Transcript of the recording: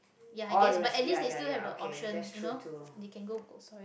ya i guess but at least they still have the option you know they can go cold-storage